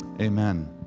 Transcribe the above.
Amen